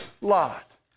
lot